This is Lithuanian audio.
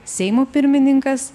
seimo pirmininkas